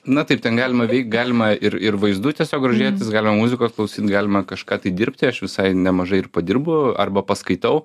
na taip ten galima veikt galima ir ir vaizdu tiesiog grožėtis galima muzikos klausyt galima kažką tai dirbti aš visai nemažai ir padirbu arba paskaitau